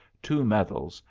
two medals,